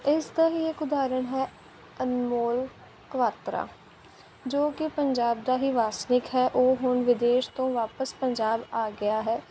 ਇਸ ਦਾ ਹੀ ਇੱਕ ਉਦਾਹਰਣ ਹੈ ਅਨਮੋਲ ਕਵਾਤਰਾ ਜੋ ਕਿ ਪੰਜਾਬ ਦਾ ਹੀ ਵਾਸਵਿਕ ਹੈ ਉਹ ਹੁਣ ਵਿਦੇਸ਼ ਤੋਂ ਵਾਪਿਸ ਪੰਜਾਬ ਆ ਗਿਆ ਹੈ